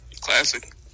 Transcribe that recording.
Classic